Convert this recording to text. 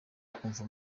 ukumva